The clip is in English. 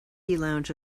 lounge